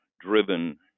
driven